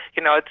you know,